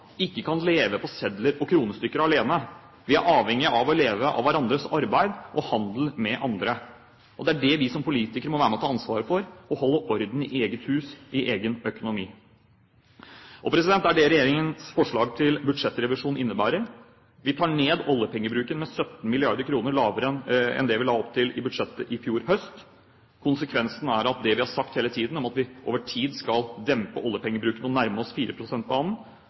ikke kan leve på sedler og kronestykker alene. Vi er avhengig av å leve av hverandres arbeid og handel med andre. Da må vi som politikere være med på å ta ansvar ved å holde orden i eget hus, i egen økonomi. Det er det regjeringens forslag til budsjettrevisjon innebærer. Vi tar ned oljepengebruken – den er 17 mrd. kr lavere enn det vi la opp til i budsjettet i fjor høst. Konsekvensen – vi har hele tiden sagt at vi over tid skal dempe oljepengebruken og nærme oss